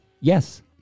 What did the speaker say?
Yes